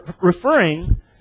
referring